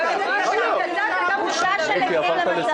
אני רוצה להשלים את דבריי, הייתי באמצע.